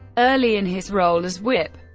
early in his role as whip,